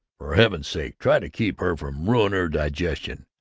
for heaven's sake, try to keep her from ruining her digestion.